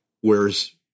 whereas